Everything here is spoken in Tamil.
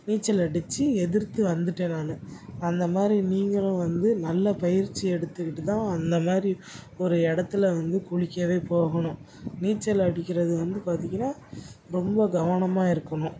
நீச்சல் அடிச்சு எதிர்த்து வந்துவிட்டேன் நான் அந்த மாதிரி நீங்களும் வந்து நல்ல பயிற்சி எடுத்துக்கிட்டு தான் அந்த மாதிரி ஒரு இடத்துல வந்து குளிக்கவே போகணும் நீச்சல் அடிக்கிறது வந்து பார்த்திங்கன்னா ரொம்ப கவனமாக இருக்கணும்